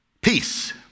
Peace